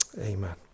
amen